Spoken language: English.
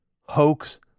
hoax